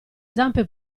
zampe